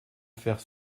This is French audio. faire